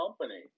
company